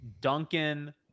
duncan